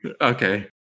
Okay